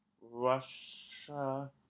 Russia